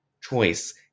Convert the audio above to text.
choice